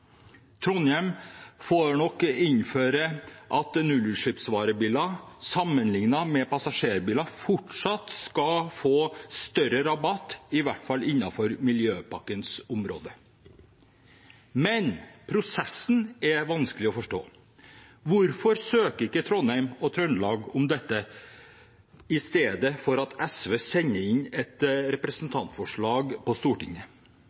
Trondheim får nok innføre at nullutslippsvarebiler, sammenliknet med passasjerbiler, fortsatt skal få større rabatt – i hvert fall innenfor Miljøpakkens område. Men prosessen er vanskelig å forstå. Hvorfor søker ikke Trondheim og Trøndelag om dette i stedet for at SV sender inn et representantforslag for Stortinget?